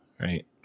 right